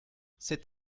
cet